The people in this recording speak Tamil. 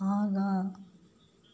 ஆகா